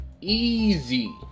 easy